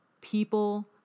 people